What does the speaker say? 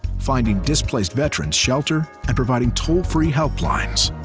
finding displaced veterans shelter and providing toll-free help lines.